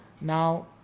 now